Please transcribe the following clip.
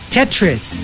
Tetris